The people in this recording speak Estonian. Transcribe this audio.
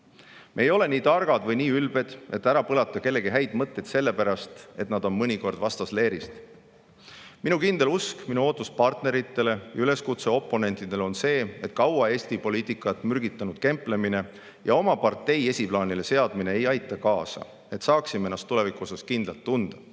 Me ei ole nii targad või nii ülbed, et ära põlata kellegi häid mõtteid sellepärast, et nad on mõnikord vastasleeris. Minu kindel usk, minu ootus partneritele ja üleskutse oponentidele on see, et kaua Eesti poliitikat mürgitanud kemplemine ja oma partei esiplaanile seadmine ei aita kaasa sellele, et saaksime ennast tuleviku osas kindlalt tunda.